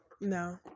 no